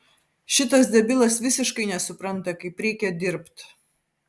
šitas debilas visiškai nesupranta kaip reikia dirbt